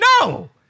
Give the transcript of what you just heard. No